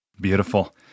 Beautiful